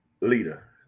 leader